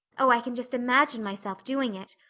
oh, i can just imagine myself doing it.